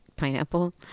Pineapple